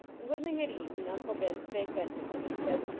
and when they had eaten, uncle ben spake unto him and said,